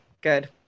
Good